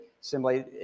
simply